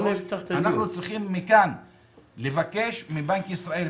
אנחנו צריכים מכאן לבקש מבנק ישראל,